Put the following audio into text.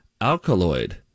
alkaloid